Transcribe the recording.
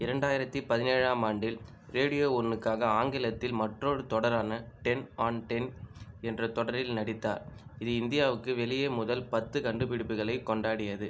இரண்டாயிரத்து பதினேழாம் ஆண்டில் ரேடியோ ஒன்றுக்காக ஆங்கிலத்தில் மற்றொரு தொடரான டென் ஆன் டென் என்ற தொடரில் நடித்தார் இது இந்தியாவுக்கு வெளியே முதல் பத்து கண்டுபிடிப்புகளைக் கொண்டாடியது